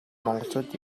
монголчууд